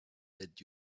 let